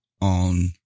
on